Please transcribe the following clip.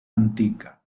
antica